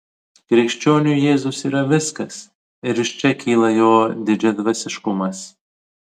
krikščioniui jėzus yra viskas ir iš čia kyla jo didžiadvasiškumas